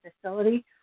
facility